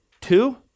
Two